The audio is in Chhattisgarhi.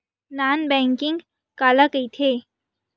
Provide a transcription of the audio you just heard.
नॉन बैंकिंग काला कइथे?